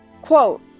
Quote